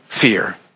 fear